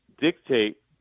dictate